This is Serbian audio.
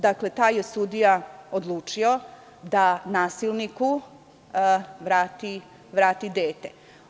Dakle, taj sudija je odlučio da nasilniku vrati dete.